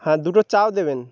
হ্যাঁ দুটো চাউ দেবেন